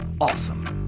awesome